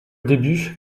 début